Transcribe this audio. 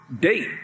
date